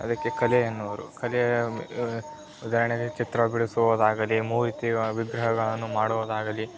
ಅದಕ್ಕೆ ಕಲೆ ಎನ್ನುವರು ಕಲೆಯ ಉದಾಹರಣೆಗೆ ಚಿತ್ರ ಬಿಡಿಸುವುದಾಗಲಿ ಮೂರ್ತಿ ವಿಗ್ರಹಗಳನ್ನು ಮಾಡುವುದಾಗಲಿ